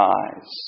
eyes